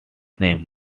name